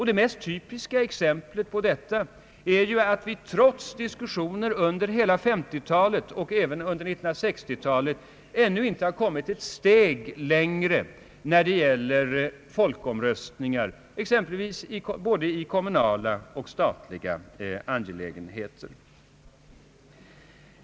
Det mest typiska exemplet på detta är att vi trots diskussioner under hela 1950-talet och även under 1960-talet ännu inte har kommit ett steg längre när det gäller exempelvis folkomröstningar i både kommunala och statliga angelägenheter.